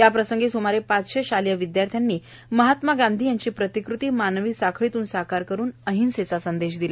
याप्रसंगी स्मारे पाचशे शालेय विद्यार्थ्यानी महात्मा गांधी यांची प्रतिकृती मानवी साखळीतून साकार करुन अहिंसेचा संदेश दिला